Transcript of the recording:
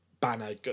Banner